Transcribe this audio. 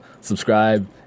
subscribe